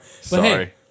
Sorry